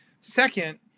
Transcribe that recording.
Second